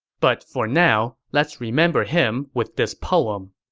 but for now, let's remember him with this poem